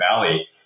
Valley